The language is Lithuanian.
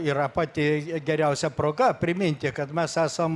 yra pati geriausia proga priminti kad mes esam